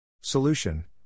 Solution